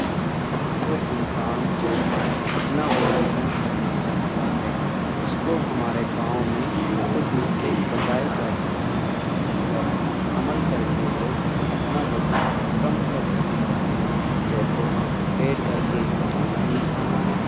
وہ انسان جو اپنا وزن کم کرنا چاہتا ہے اس کو ہمارے گاؤں میں کچھ نسخے بتائے جاتے ہیں جن پر عمل کر کے وہ اپنا وزن کم کر سکتا ہے جیسے پیٹ بھر کے کھانا نہیں کھانا ہے